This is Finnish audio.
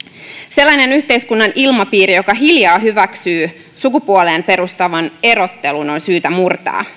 sellainen yhteiskunnan ilmapiiri joka hiljaa hyväksyy sukupuoleen perustuvan erottelun on syytä murtaa